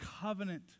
covenant